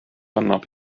annab